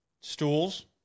Stools